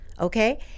okay